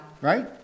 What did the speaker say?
Right